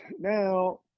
now